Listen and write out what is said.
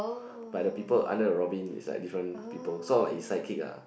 but the people under the Robin is like different people sort of like his sidekick ah